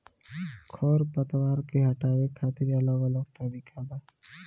खर पतवार के हटावे खातिर अलग अलग तरीका बा